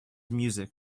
music